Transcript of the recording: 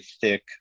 thick